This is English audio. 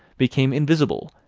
became invisible,